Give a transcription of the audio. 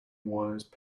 wise